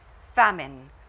famine